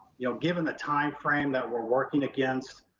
you know, given the timeframe that we're working against,